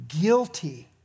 guilty